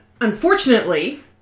unfortunately